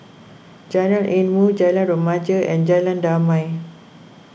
Jalan Ilmu Jalan Remaja and Jalan Damai